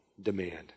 demand